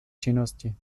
činnosti